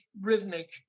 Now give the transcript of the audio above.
rhythmic